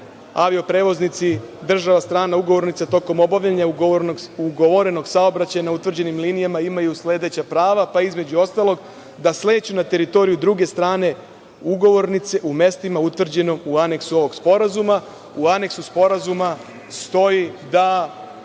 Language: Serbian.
avioprevoznici država strana ugovornica tokom obavljanja ugovorenog saobraćaja na utvrđenim linijama imaju sledeća prava, pa između ostalog - da sleću na teritoriju druge strane ugovornice u mestima utvrđenim u aneksu ovog sporazuma. U aneksu sporazuma stoji da